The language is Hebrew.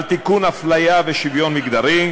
על תיקון אפליה ושוויון מגדרי,